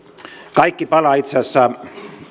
kaikki palaa itse asiassa